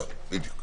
בדיוק.